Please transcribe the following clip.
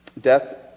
Death